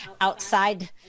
outside